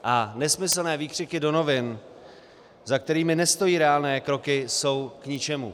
A nesmyslné výkřiky do novin, za kterými nestojí reálné kroky, jsou k ničemu.